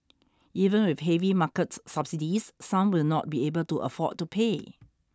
even with heavy market subsidies some will not be able to afford to pay